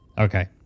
Okay